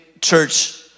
church